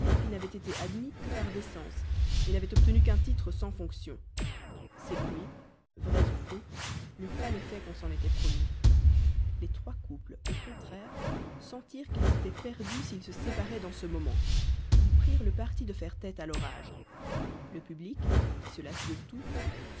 qu'ils n'avaient été admis que par décence n'avaient obtenu qu'un titre sans fonction ces bruits vrais ou faux n'eurent pas l'effet qu'on s'en était promis les trois couples au contraire sentirent qu'ils étaient perdus s'ils se séparaient dans ce moment ils prirent le parti de faire tête à l'orage le public qui se lasse de tout